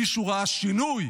מישהו ראה שינוי?